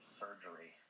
surgery